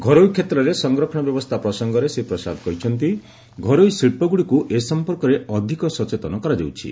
ଘରୋଇ କ୍ଷେତ୍ରରେ ସଂରକ୍ଷଣ ବ୍ୟବସ୍ଥା ପ୍ରସଙ୍ଗରେ ଶ୍ରୀ ପ୍ରସାଦ କହିଛନ୍ତି ଘରୋଇ ଶିଳ୍ପଗୁଡ଼ିକୁ ଏ ସଂପର୍କରେ ଅଧିକ ସଚେତନ କରାଯାଉଛି